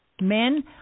Men